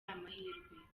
amahirwe